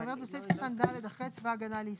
שאומרת בסעיף קטן (ד) אחרי צבא ההגנה לישראל,